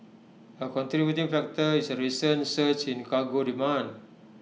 A contributing factor is A recent surge in cargo demand